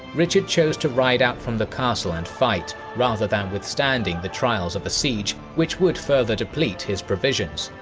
richard chose to ride out from the castle and fight, rather than withstanding the trials of a siege, which would further deplete his provisions.